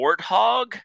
Warthog